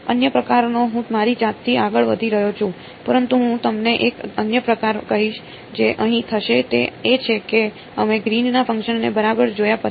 અન્ય પ્રકારનો હું મારી જાતથી આગળ વધી રહ્યો છું પરંતુ હું તમને એક અન્ય પડકાર કહીશ જે અહીં થશે તે એ છે કે અમે ગ્રીનના ફંકશનને બરાબર જોયા છે